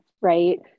right